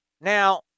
Now